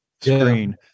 screen